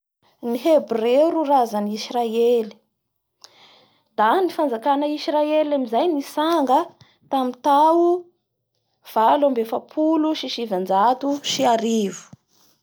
Ny Hebreo ro havan'ny Israely da ny fanjakana Israely amizay nitsanga tamin'ny tao valo ambin'ny efapolo sy sivanatajo sy arivo.